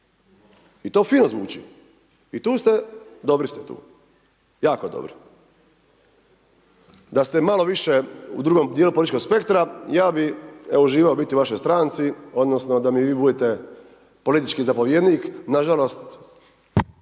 I to fino zvuči. I tu ste, dobri ste tu, jako dobri. Da ste malo više u drugom dijelu političkog spektra ja bih uživao biti u vašoj stranci, odnosno da mi vi budete politički zapovjednik, nažalost,